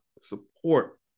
support